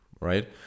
right